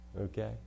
okay